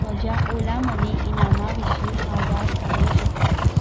म्हज्या ओला मनी इनामां विशीं हांव वाद घालूंक शकता